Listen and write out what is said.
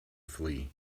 flee